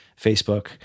Facebook